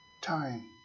time